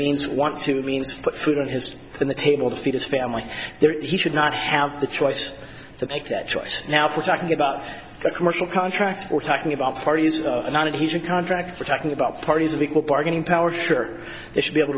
means want to means put food on his on the table to feed his family there he should not have the choice to make that choice now if we're talking about the commercial contracts we're talking about the parties are united he's a contract we're talking about parties of equal bargaining power sure they should be able